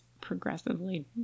progressively